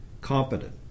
competent